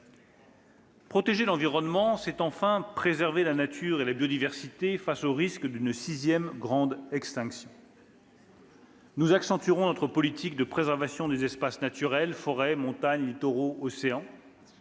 Protéger l'environnement, c'est enfin préserver la nature et la biodiversité, face au risque d'une sixième grande extinction. « Nous accentuerons notre politique de préservation des espaces naturels, des forêts, des montagnes, des littoraux et des